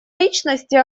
личности